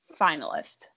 finalist